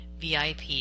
VIP